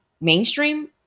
mainstream